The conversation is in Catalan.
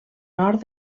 nord